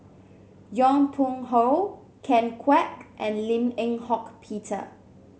Yong Pung How Ken Kwek and Lim Eng Hock Peter